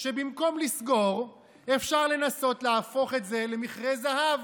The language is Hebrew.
שבמקום לסגור אפשר לנסות להפוך את זה למכרה זהב,